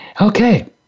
Okay